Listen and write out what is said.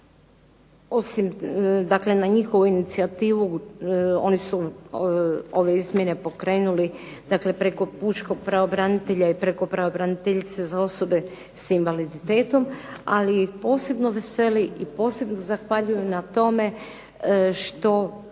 dakle na njihovu inicijativu, oni su ove izmjene pokrenuli preko pučkog pravobranitelja i pravobraniteljice za osobe s invaliditetom. Ali posebno veseli i posebno zahvaljuju na tome što